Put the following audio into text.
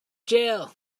jail